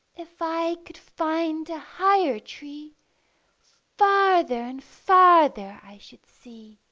if i could find a higher tree farther and farther i should see,